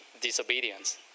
disobedience